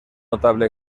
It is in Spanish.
notable